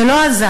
זה לא עזר.